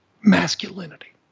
masculinity